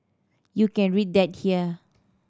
you can read that here